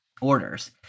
orders